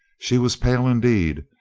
she was pale indeed,